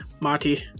Marty